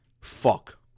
fuck